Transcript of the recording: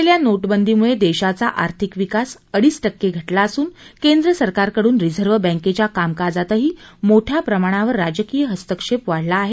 फसलेल्या नोटाबंदीमुळं देशाचा अर्थिक विकास अडीच टक्के घटला असून केंद्र सरकारकडून रिझर्व्ह बँकेच्या कामकाजातही मोठया प्रमाणावर राजकीय हस्तक्षेप वाढला आहे